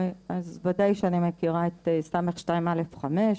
אז ודאי שאני מכירה את ס' 2(א)5,